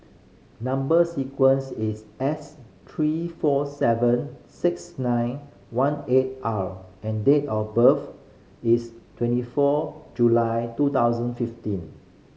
number sequence is S three four seven six nine one eight R and date of birth is twenty four July two thousand fifteen